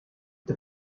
the